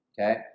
okay